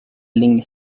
ligne